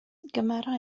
gymera